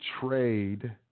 trade